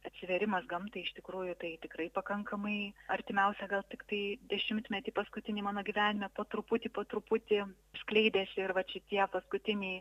atsivėrimas gamtai iš tikrųjų tai tikrai pakankamai artimiausią gal tiktai dešimtmetį paskutinį mano gyvenime po truputį po truputį skleidėsi ir vat šitie paskutiniai